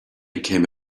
came